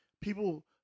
people